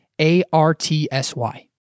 A-R-T-S-Y